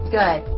good